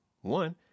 one